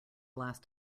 last